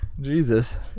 Jesus